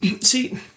see